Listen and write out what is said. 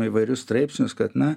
įvairius straipsnius kad na